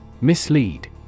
Mislead